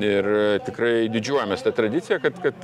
ir tikrai didžiuojamės ta tradicija kad kad